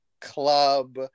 club